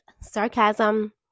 sarcasm